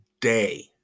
day